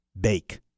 bake